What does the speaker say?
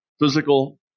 physical